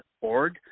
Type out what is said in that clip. org